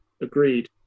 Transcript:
Agreed